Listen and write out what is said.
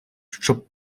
щоб